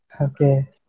Okay